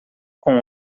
com